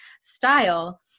style